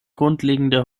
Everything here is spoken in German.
grundlegende